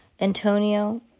Antonio